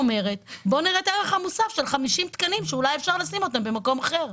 את הערך המוסף ב-50 תקנים שאולי אפשר לשים אותם במקום אחר.